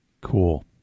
Cool